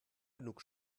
genug